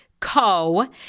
Co